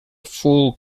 full